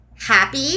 happy